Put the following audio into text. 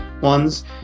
ones